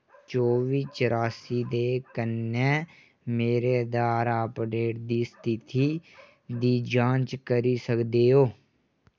चौबी चरासी दे कन्नै मेरे आधार अपडेट दी स्थिति दी जांच करी सकदे ओ